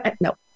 No